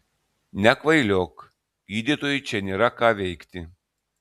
nekvailiok gydytojui čia nėra ką veikti